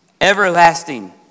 Everlasting